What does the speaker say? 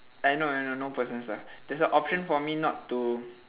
I know I know no personal stuff there's a option for me not to